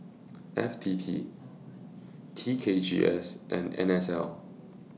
F T T T K G S and N S L